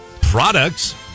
Products